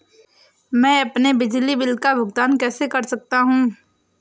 मैं अपने बिजली बिल का भुगतान कैसे कर सकता हूँ?